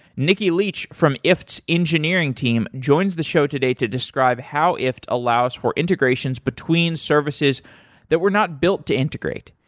nicky leach from ifttt's engineering team joins the show today to describe how ifttt allows for integrations between services that were not built to integrate,